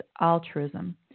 altruism